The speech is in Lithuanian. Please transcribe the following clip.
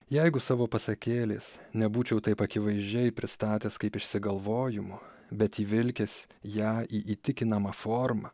jeigu savo pasakėlės nebūčiau taip akivaizdžiai pristatęs kaip išsigalvojimo bet įvilkęs ją į įtikinamą formą